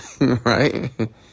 right